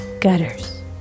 Gutters